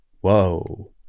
whoa